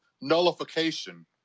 nullification